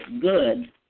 good